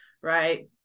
right